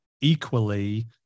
equally